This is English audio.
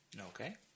Okay